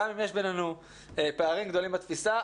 גם אם יש בינינו פערים גדולים בתפיסה,